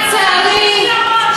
לצערי,